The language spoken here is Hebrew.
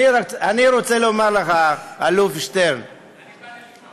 אני רוצה לומר לך, האלוף שטרן, אני בא לשמוע.